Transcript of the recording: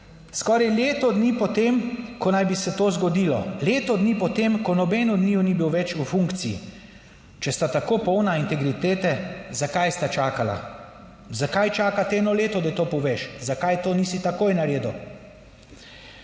skoraj leto dni po tem, ko naj bi se to zgodilo, leto dni po tem, ko noben od njiju ni bil več v funkciji, če sta tako polna integritete, zakaj sta čakala? Zakaj čakati eno leto, da to poveš, zakaj to nisi takoj naredil?